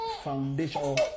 foundation